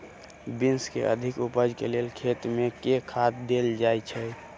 Beans केँ अधिक उपज केँ लेल खेत मे केँ खाद देल जाए छैय?